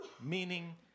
Meaning